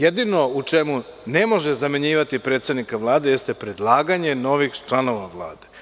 Jedino u čemu ne može zamenjivati predsednika Vlade jeste predlaganje novih članova Vlade.